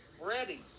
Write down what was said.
ready